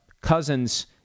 Cousins